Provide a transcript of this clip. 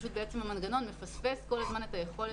פשוט בעצם המנגנון מפספס כל הזמן את היכולת